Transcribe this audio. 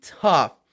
tough